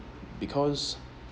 because